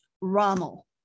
Rommel